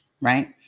right